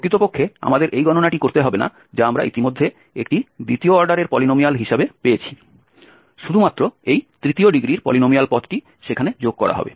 প্রকৃতপক্ষে আমাদের এই গণনাটি করতে হবে না যা আমরা ইতিমধ্যে একটি দ্বিতীয় অর্ডারের পলিনোমিয়াল হিসাবে পেয়েছি শুধুমাত্র এই তৃতীয় ডিগ্রির পলিনোমিয়াল পদটি সেখানে যোগ করা হবে